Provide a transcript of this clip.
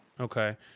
Okay